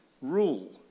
rule